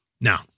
Now